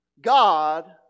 God